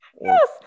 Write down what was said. Yes